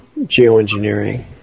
geoengineering